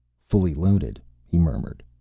fully loaded, he murmured.